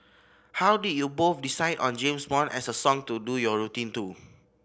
how did you both decide on James Bond as a song to do your routine to